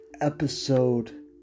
episode